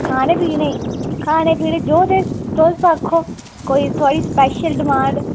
खानै पीने ई खानै पीने ई जो किश आक्खो कोई थुआढ़ी स्पैशल डिमांड